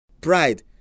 Pride